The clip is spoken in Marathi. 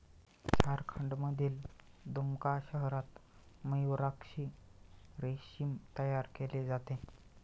झारखंडमधील दुमका शहरात मयूराक्षी रेशीम तयार केले जाते